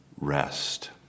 Rest